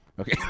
Okay